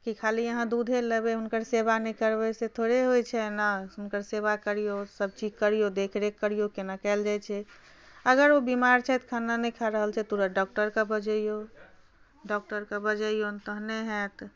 की खाली अहाँ दूधे लेबै हुनकर सेवा नहि करबै से थोड़े होइ छै एना हुनकर सेवा करिऔ सब चीज करिऔ देखरेख करिऔ कोना कएल जाइ छै अगर ओ बीमार छथि खाना नहि खा रहल छथि तुरत डॉक्टरके बजैऔ डॉक्टरके बजैऔ तहने हैत